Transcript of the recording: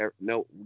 no